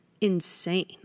insane